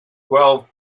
twelve